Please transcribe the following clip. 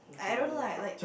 I I don't know lah like